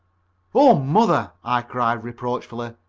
oh, mother! i cried reproachfully,